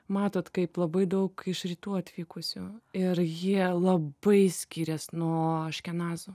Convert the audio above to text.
matot kaip labai daug iš rytų atvykusių ir jie labai skirias nuo aškenazių